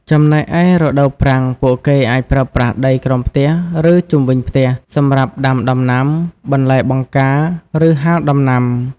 ចំណែកឯរដូវប្រាំង ពួកគេអាចប្រើប្រាស់ដីក្រោមផ្ទះ ឬជុំវិញផ្ទះ សម្រាប់ដាំដំណាំ បន្លែបង្ការ ឬហាលដំណាំ ។